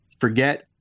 forget